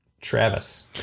Travis